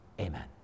amen